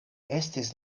estis